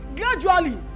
gradually